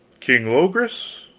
king logris.